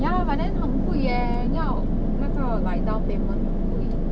ya but then 很贵 eh 你要那个 like down payment 很贵